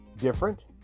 Different